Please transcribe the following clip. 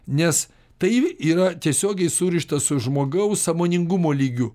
nes tai yra tiesiogiai surišta su žmogaus sąmoningumo lygiu